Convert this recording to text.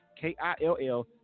K-I-L-L